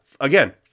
Again